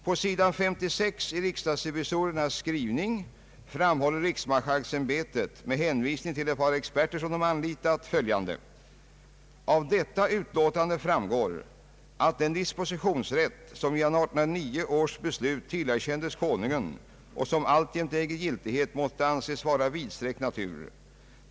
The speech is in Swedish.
På sidan 56 i konstitutionsutskottets utlåtande framhåller riksmarskalksämbetet, med hänvisning till ett utlåtande av ett par experter som ämbetet har anlitat, följande: »Av detta utlåtande framgår, att den dispositionsrätt som genom 1809 års beslut tillerkändes Konungen och som alltjämt har giltighet måste anses vara av vidsträckt natur.